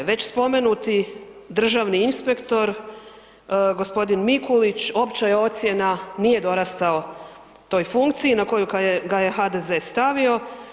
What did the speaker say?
Već spomenuti državni inspektor, gospodin Mikulić, opća je ocjena nije dorastao toj funkciju na koju ga je HDZ stavio.